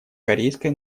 корейской